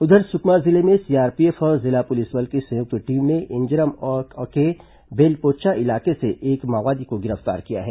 उधर सुकमा जिले में सीआरपीएफ और जिला पुलिस बल की संयुक्त टीम ने इंजरम के बेलपोच्चा इलाके से एक माओवादी को गिरफ्तार किया है